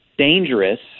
dangerous